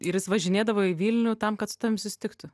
ir jis važinėdavo į vilnių tam kad su tavim susitiktų